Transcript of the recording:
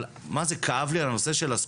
אבל מה זה כאב לי על הנושא של הספורט.